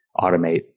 automate